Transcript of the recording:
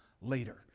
later